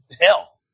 hell